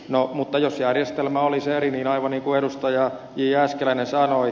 no mutta jos järjestelmä olisi eri niin aivan niin kuin edustaja j